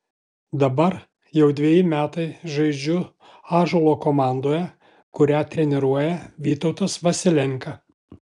dabar jau dveji metai žaidžiu ąžuolo komandoje kurią treniruoja vytautas vasilenka